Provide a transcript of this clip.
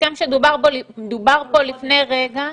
ההסכם שדובר בו לפני רגע?